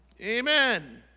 Amen